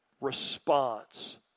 response